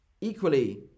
Equally